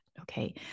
Okay